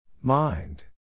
Mind